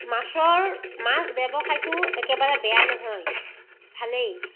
মাছৰ মাছ ব্যৱসায়টো একেবাৰে বেয়া নহয় ভালেই